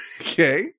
Okay